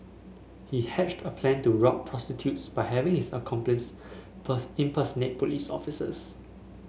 he hatched a plan to rob prostitutes by having his accomplices impersonate police officers